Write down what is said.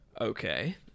Okay